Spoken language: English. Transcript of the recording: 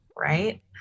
Right